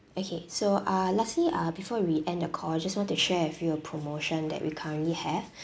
okay so uh lastly uh before we end the call just want to share with you a promotion that we currently have